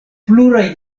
pluraj